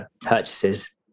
purchases